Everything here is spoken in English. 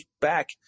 back